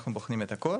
אנחנו בוחנים את הכול